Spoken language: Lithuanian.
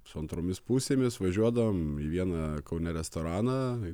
su antromis pusėmis važiuodavom į vieną kaune restoraną